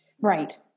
Right